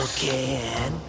Okay